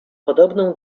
podobną